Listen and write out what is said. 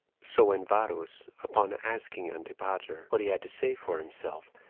so when varus, upon asking antipater what he had to say for himself,